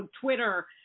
Twitter